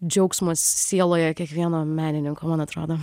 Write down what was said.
džiaugsmas sieloje kiekvieno menininko man atrodo